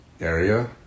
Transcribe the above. area